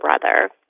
brother